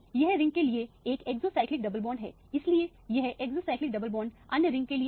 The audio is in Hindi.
यह इस रिंग के लिए एक एक्सोसाइक्लिक डबल बॉन्ड है इसलिए यह एक्सोसाइक्लिक डबल बॉन्ड अन्य रिंग के लिए है